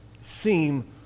seem